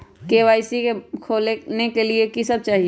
KYC का का खोलने के लिए कि सब चाहिए?